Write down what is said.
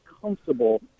comfortable